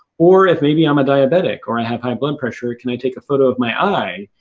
or, if maybe, i'm a diabetic or i have high blood pressure, can i take a photo of my eye,